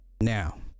now